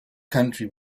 country